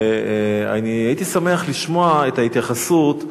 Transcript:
אני הייתי שמח לשמוע את ההתייחסות,